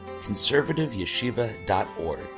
conservativeyeshiva.org